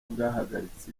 bwahagaritse